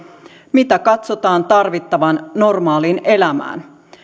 mitä katsotaan tarvittavan normaaliin elämään